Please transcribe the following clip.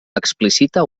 explicita